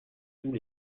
tous